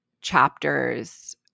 chapters